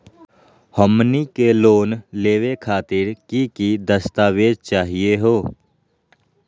हमनी के लोन लेवे खातीर की की दस्तावेज चाहीयो हो?